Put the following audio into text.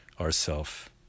ourself